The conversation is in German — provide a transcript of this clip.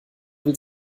will